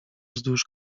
wzdłuż